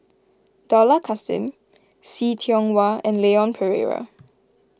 Dollah Kassim See Tiong Wah and Leon Perera